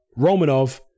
Romanov